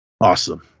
Awesome